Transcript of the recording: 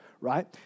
Right